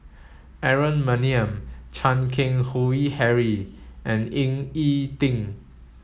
Aaron Maniam Chan Keng Howe Harry and Ying E Ding